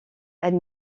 elle